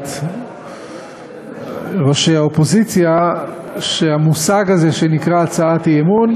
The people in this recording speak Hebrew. לידיעת ראשי האופוזיציה שהמושג הזה שנקרא "הצעת אי-אמון"